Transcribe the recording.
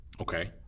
Okay